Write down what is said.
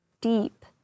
deep